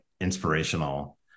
inspirational